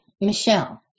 Michelle